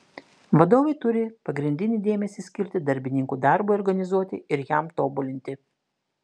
vadovai turi pagrindinį dėmesį skirti darbininkų darbui organizuoti ir jam tobulinti